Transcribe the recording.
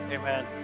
Amen